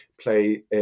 play